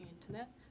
internet